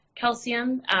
calcium